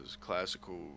classical